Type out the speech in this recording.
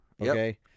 okay